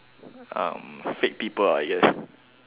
uh fake people I guess